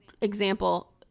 example